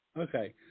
Okay